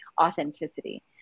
authenticity